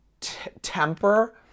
temper